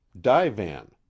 Divan